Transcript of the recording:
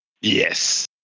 yes